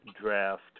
draft